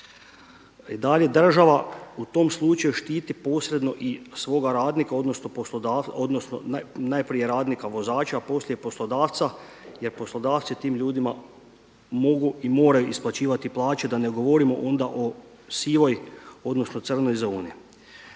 I da li država u tom slučaju štiti posredno i svoga radnika, odnosno najprije radnika vozača, a poslije i poslodavca jer poslodavci tim ljudima mogu i moraju isplaćivati plaće da ne govorimo onda o sivoj, odnosno crnoj zoni.